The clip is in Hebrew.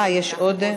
יש עוד?